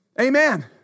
Amen